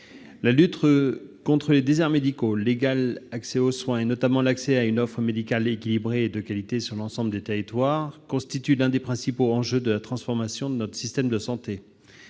l'amendement n° 172 rectifié. L'accès aux soins, notamment l'accès à une offre médicale équilibrée et de qualité sur l'ensemble des territoires, constitue l'un des principaux enjeux de la transformation de notre système de santé.